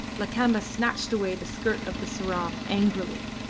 lakamba snatched away the skirt of the sarong angrily.